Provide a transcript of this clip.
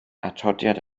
atodiad